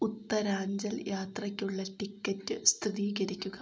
ഉത്തരാഞ്ചൽ യാത്രക്കുള്ള ടിക്കറ്റ് സ്ഥിരീകരിക്കുക